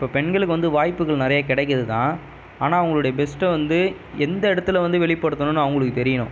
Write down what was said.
இப்போ பெண்களுக்கு வந்து வாய்ப்புகள் நிறைய கிடைக்குது தான் ஆனால் அவங்களுடைய பெஸ்ட்டை வந்து எந்த இடத்துல வந்து வெளிப்படுத்தணுன்னு அவங்களுக்கு தெரியணும்